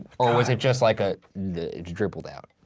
or was it just like ah it just dribbled out,